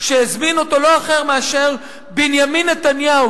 שהזמין אותו לא אחר מאשר בנימין נתניהו,